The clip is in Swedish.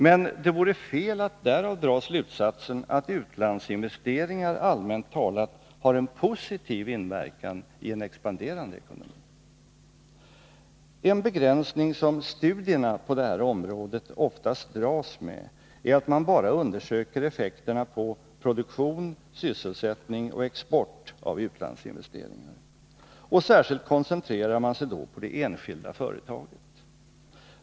Men det vore fel att därav dra slutsatsen att utlandsinvesteringar allmänt talat har en positiv inverkan i en expanderande ekonomi. En begränsning som studierna på det här området oftast dras med är att man bara undersöker effekterna på produktion, sysselsättning och export av utlandsinvesteringar. Och särskilt koncentrerar man sig då på det enskilda företaget.